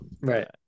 right